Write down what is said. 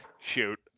Shoot